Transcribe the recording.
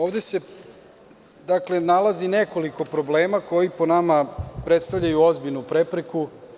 Ovde se nalazi nekoliko problema koji po nama predstavljaju ozbiljnu prepreku.